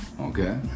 okay